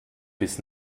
bis